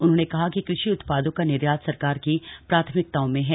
उन्होंने कहा कि कृषि उत्पादों का निर्यात सरकार की प्राथमिकताओं में है